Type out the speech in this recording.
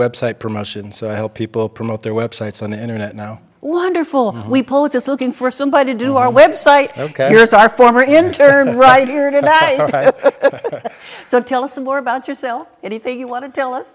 web site promotion so i help people promote their websites on the internet now wonderful we pull it just looking for somebody to do our website ok here's our former internal right here so tell us more about yourself anything you want to tell